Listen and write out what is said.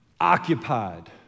occupied